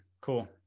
cool